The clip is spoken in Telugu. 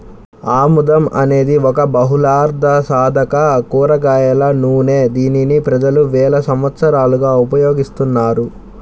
ఆముదం అనేది ఒక బహుళార్ధసాధక కూరగాయల నూనె, దీనిని ప్రజలు వేల సంవత్సరాలుగా ఉపయోగిస్తున్నారు